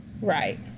Right